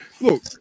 look